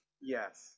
Yes